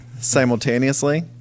simultaneously